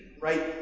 right